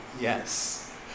yes